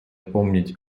помнить